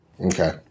Okay